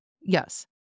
Yes